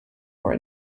were